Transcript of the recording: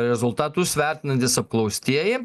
rezultatus vertinantys apklaustieji